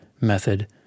method